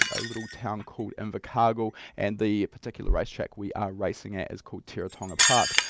a little town called invercargill and the particular racetrack we are racing at is call teretonga park.